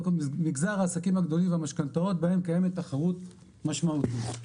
במגזר העסקים הגדולים והמשכנתאות בהם קיימת תחרות משמעותית.